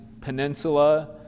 peninsula